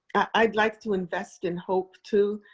i'd like to invest in hope too,